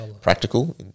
practical